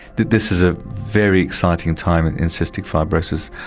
this is a very exciting time and in cystic fibrosis.